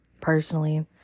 personally